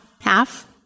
half